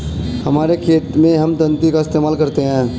हमारे खेत मैं हम दरांती का इस्तेमाल करते हैं